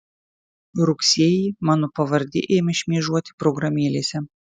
rugsėjį mano pavardė ėmė šmėžuoti programėlėse